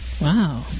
Wow